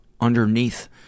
underneath